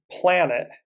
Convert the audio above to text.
planet